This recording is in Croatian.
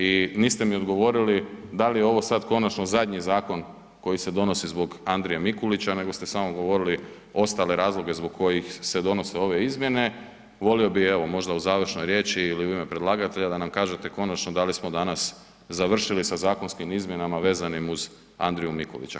I niste mi odgovorili da li je ovo sad konačno zadnji zakon koji se donosi zbog Andrije Mikulića nego ste samo govorili ostale razloge zbog kojih se donose ove izmjene, volio bi evo možda u završnoj riječi ili u ime predlagatelja da nam kažete konačno da li smo danas završili sa zakonskim izmjenama vezanim uz Andriju Mikulića.